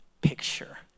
picture